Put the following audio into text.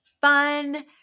fun